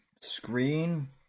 screen